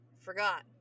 Forgot